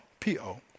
P-O